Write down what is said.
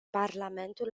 parlamentul